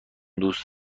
دوست